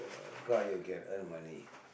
car you can earn money